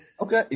Okay